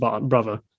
brother